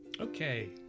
okay